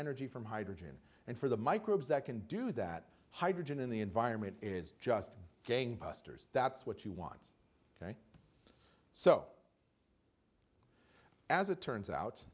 energy from hydrogen and for the microbes that can do that hydrogen in the environment is just gangbusters that's what she wants ok so as it turns out